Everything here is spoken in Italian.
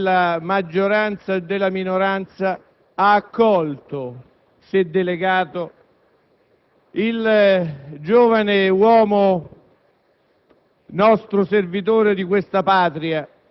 nessun esponente della maggioranza e della minoranza ha accolto, se delegato, il giovane uomo,